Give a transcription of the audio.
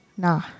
Nah